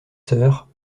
sœurs